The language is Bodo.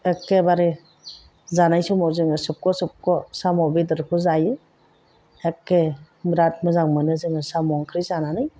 एकेबारे जानाय समाव जोङो सोबख' सोबख' साम' बेदरखौ जायो एके बिराद मोजां मोनो जोङो साम' ओंख्रि जानानै